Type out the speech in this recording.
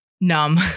numb